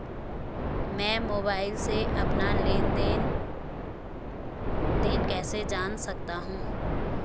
मैं मोबाइल से अपना लेन लेन देन कैसे जान सकता हूँ?